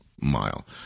mile